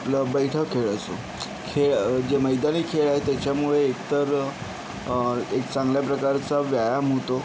आपला बैठा खेळ असो खेळ जे मैदानी खेळ आहेत त्याच्यामुळे एकतर एक चांगल्या प्रकारचा व्यायाम होतो